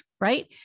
right